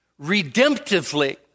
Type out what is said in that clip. redemptively